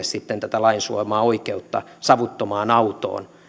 sitten ole tätä lain suomaa oikeutta savuttomaan autoon